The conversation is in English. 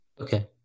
Okay